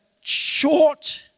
short